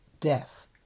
death